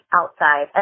outside